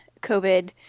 COVID